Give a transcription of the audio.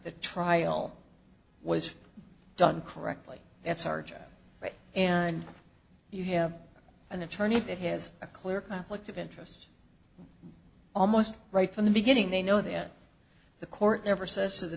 the trial was done correctly that's our job and you have an attorney that has a clear conflict of interest almost right from the beginning they know that the court never says to the